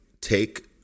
take –